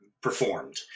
performed